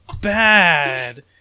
bad